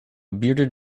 bearded